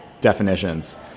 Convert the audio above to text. definitions